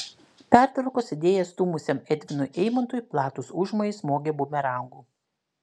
pertvarkos idėją stūmusiam edvinui eimontui platūs užmojai smogė bumerangu